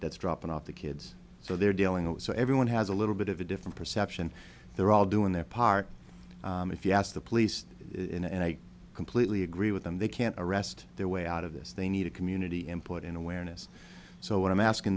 that's dropping off the kids so they're dealing with so everyone has a little bit of a different perception they're all doing their part if you ask the police and i completely agree with them they can't arrest their way out of this they need a community input in awareness so what i'm asking